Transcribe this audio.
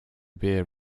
beer